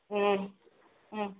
ம் ம்